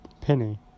Penny